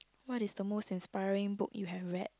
what is the most inspiring book you have read